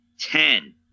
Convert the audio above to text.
ten